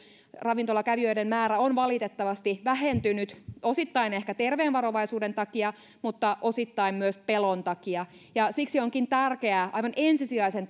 ravintolakävijöiden määrä on valitettavasti vähentynyt osittain ehkä terveen varovaisuuden takia mutta osittain myös pelon takia siksi onkin tärkeää aivan ensisijaisen